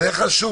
בסדר,